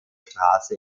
straße